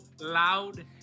loud